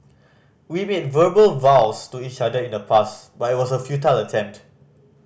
we made verbal vows to each other in the past but it was a futile attempt